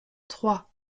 trois